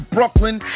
Brooklyn